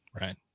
Right